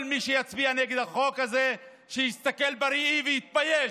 כל מי שיצביע נגד החוק הזה, שיסתכל בראי ויתבייש.